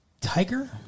tiger